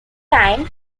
time